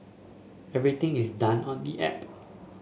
everything is done on the app